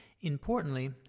Importantly